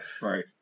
Right